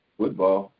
Football